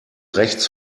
rechts